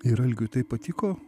ir algiui tai patiko